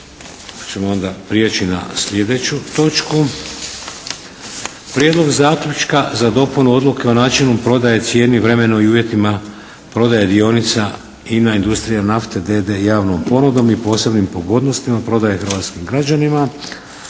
Prijedlog zaključka za dopunu odluke o načinu prodaje, cijeni, vremenu i uvjetima prodaje dionica INA – Industrija nafte d.d. javnom ponudom i posebnim pogodnostima prodaje hrvatskim građanima